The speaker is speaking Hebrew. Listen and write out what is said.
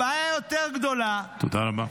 הבעיה היותר-גדולה --- תודה רבה.